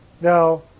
Now